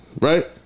right